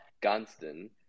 Gunston